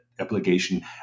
application